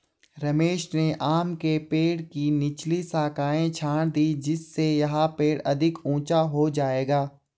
रमेश ने आम के पेड़ की निचली शाखाएं छाँट दीं जिससे यह पेड़ अधिक ऊंचा हो जाएगा